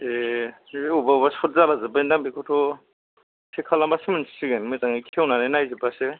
ए बे बबावबा बबावबा सट जालाजोब्बायदां बेखौथ' चेक खालामबासो मिथिसिगोन मोजाङै खेवना नायजोबबासो